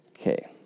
Okay